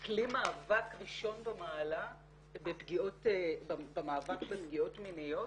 היא כלי ראשון במעלה במאבק בפגיעות מיניות.